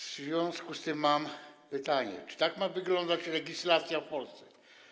W związku z tym mam pytanie: Czy tak ma wyglądać legislacja w Polsce?